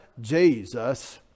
Jesus